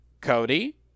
Cody